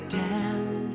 down